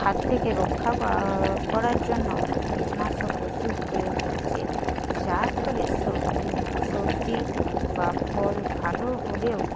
হাত থেকে রক্ষা পাওয়ার করার জন্য কীটনাশক ওষুধ প্রয়োগ করছে যার ফলে সবজি বা ফল ভালো হলেও